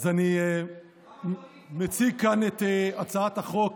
אז אני מציג כאן את הצעת החוק